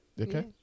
Okay